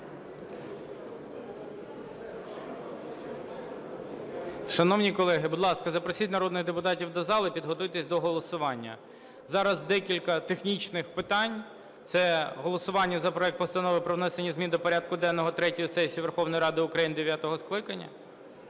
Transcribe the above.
Шановні колеги, будь ласка, запросіть народних депутатів до зали і підготуйтесь до голосування. Зараз декілька технічних питань: це голосування за проект Постанови про внесення змін до порядку денного третьої сесії Верховної Ради України дев'ятого скликання